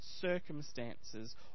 circumstances